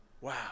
Wow